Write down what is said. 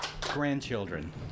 Grandchildren